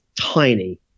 tiny